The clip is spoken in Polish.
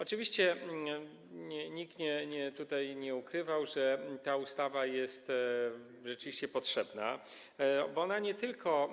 Oczywiście nikt tutaj nie ukrywał, że ta ustawa jest rzeczywiście potrzebna, bo ona nie tylko